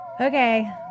Okay